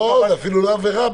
זאת אפילו לא עבירה.